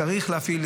צריך להפעיל.